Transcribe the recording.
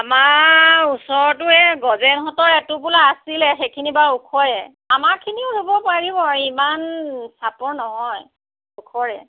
আমাৰ ওচৰতো এই গজেনহঁতৰ এটোপোলা আছিল সেইখিনি বাৰু ওখয়েই আমাৰ খিনিও ৰুব পাৰিব ইমান চাপৰ নহয় ওখয়েই